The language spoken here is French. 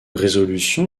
résolution